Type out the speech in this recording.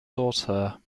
daughter